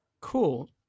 cool